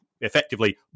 effectively